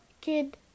Kid